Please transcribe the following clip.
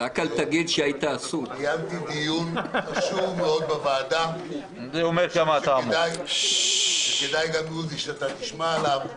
ניהלתי דיון חשוב מאוד בוועדה שכדאי שגם תשמעו עליו